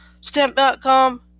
Stamp.com